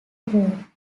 award